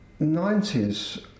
90s